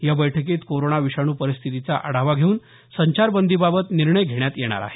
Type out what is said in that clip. या बैठकीत कोरोना विषाणू परिस्थितीचा आढावा घेऊन संचारबंदीबाबत निर्णय घेण्यात येणार आहे